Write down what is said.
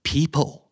People